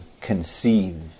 conceive